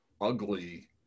ugly